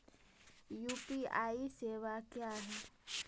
UPI सेवा क्या हैं?